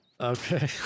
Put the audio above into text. Okay